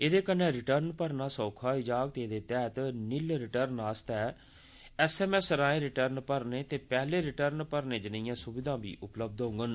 एह्दे कन्नै रिर्टन भरना सौखा होई जाग ते एह्दे तैह्त निल रिर्टन आस्तै एसएमएस राए रिर्टन भरने ते पैह्ले रिर्टन भरने जनेइयां सुविधां उपलब्ध होंगन